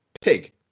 pig